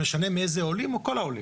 זה משנה איזה עולים או כל העולים?